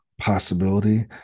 possibility